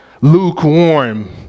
lukewarm